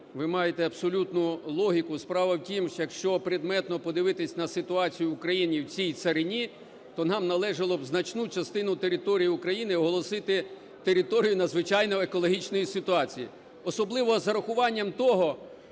Ви маєте абсолютну логіку. Справа в тім, якщо предметно подивитись на ситуацію в країні в цій царині, то нам належало б значну частину території України оголосити територією надзвичайної екологічної ситуації. Особливо з урахуванням того,